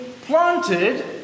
planted